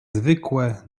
zwykłe